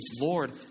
Lord